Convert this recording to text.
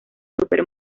super